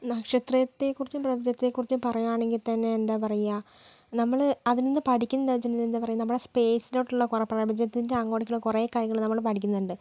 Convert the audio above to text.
നക്ഷത്രത്തെക്കുറിച്ചും പ്രപഞ്ചത്തെക്കുറിച്ചും പറയുവാണെങ്കിൽ തന്നെ എന്താണ് പറയുക നമ്മൾ അതിൽ നിന്ന് പഠിക്കുന്നത് എന്താണെന്ന് വെച്ചിട്ടുണ്ടെങ്കിൽ എന്താണ് പറയുന്നത് നമ്മള സ്പേസിലോട്ടുള്ള കുറേ പ്രപഞ്ചത്തിൻ്റെ അങ്ങോട്ടേക്കുള്ള കുറേ കാര്യങ്ങൾ നമ്മൾ പഠിക്കുന്നുണ്ട്